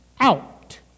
out